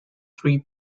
three